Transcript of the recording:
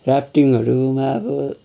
राफ्टिङहरूमा अब